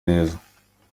neza